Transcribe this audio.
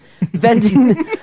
venting